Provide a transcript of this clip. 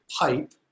pipe